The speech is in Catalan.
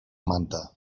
manta